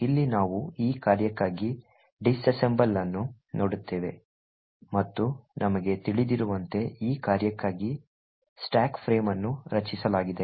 ಇಲ್ಲಿ ನಾವು ಈ ಕಾರ್ಯಕ್ಕಾಗಿ ಡಿಸ್ಅಸೆಂಬಲ್ ಅನ್ನು ನೋಡುತ್ತೇವೆ ಮತ್ತು ನಮಗೆ ತಿಳಿದಿರುವಂತೆ ಈ ಕಾರ್ಯಕ್ಕಾಗಿ ಸ್ಟಾಕ್ ಫ್ರೇಮ್ ಅನ್ನು ರಚಿಸಲಾಗಿದೆ